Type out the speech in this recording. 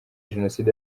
jenoside